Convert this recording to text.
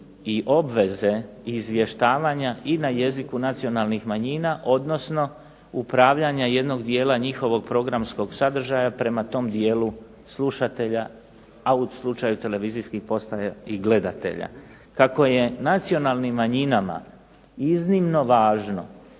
i obveze izvještavanja i na jeziku nacionalnih manjina, odnosno upravljanja jednog dijela njihovog programskog sadržaja prema tom dijelu slušatelja, a u slučaju televizijskih postaja i gledatelja. Kako je nacionalnim manjinama iznimno važno